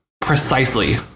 precisely